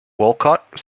walcott